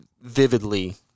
vividly